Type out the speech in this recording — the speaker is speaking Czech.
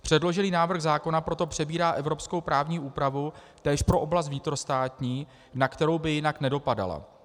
Předložený návrh zákona proto přebírá evropskou právní úpravu též pro oblast vnitrostátní, na kterou by jinak nedopadala.